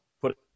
put